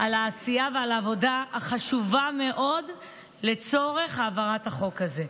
על העשייה ועל העבודה החשובה מאוד לצורך העברת החוק הזה.